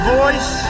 voice